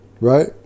right